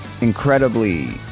incredibly